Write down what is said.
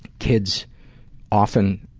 kids often